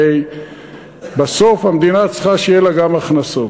הרי בסוף המדינה צריכה שיהיו לה גם הכנסות.